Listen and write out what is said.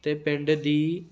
ਅਤੇ ਪਿੰਡ ਦੀ